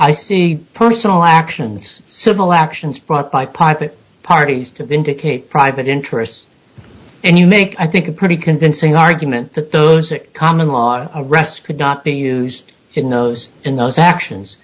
see personal actions civil actions brought by private parties to vindicate private interests and you make i think a pretty convincing argument that the common law arrest could not be used in those in those actions